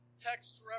text